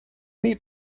need